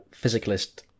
physicalist